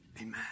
Amen